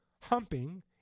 humping